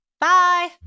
Bye